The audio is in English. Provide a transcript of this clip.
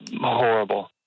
horrible